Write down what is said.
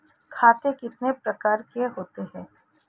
खाते कितने प्रकार के होते हैं?